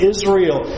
Israel